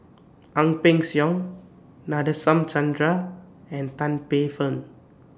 Ang Peng Siong Nadasen Chandra and Tan Paey Fern